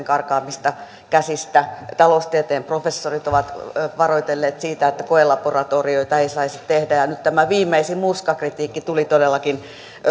karkaamista käsistä taloustieteen professorit ovat varoitelleet siitä että koelaboratorioita ei saisi tehdä ja nyt tämä viimeisin musta kritiikki tuli todellakin